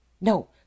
No